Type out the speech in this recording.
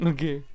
Okay